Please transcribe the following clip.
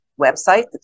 website